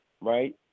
right